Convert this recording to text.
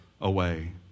away